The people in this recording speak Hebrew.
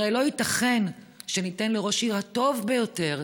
הרי לא ייתכן שניתן לראש עיר, הטוב ביותר,